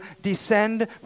descend